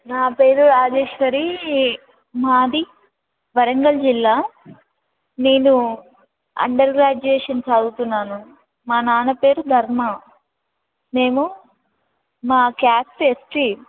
నా పేరు రాజేశ్వరి మాది వరంగల్ జిల్లా నేను అండర్ గ్రాడ్యుయేషన్ చదువుతున్నాను మా నాన్న పేరు ధర్మ మేము మా క్యాస్ట్ ఎస్ సీ